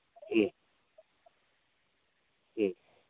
ꯎꯝ ꯎꯝ